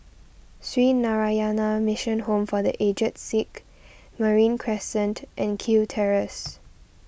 Sree Narayana Mission Home for the Aged Sick Marine Crescent and Kew Terrace